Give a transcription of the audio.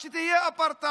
אז שיהיה אפרטהייד.